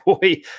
boy